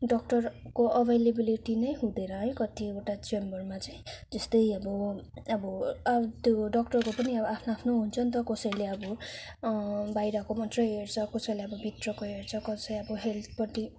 डक्टरको एभाइलेब्लिटी नै हुँदैन है कतिवटा चेम्बरमा चाहिँ जस्तै अब अब त्यो डक्टरको पनि आफ्नो आफ्नो हुन्छ नि त कसैले अब बाहिरको मात्रै हेर्छ कसैले अब भित्रको हेर्छ कसै अब हेल्थपट्टि